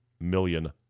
million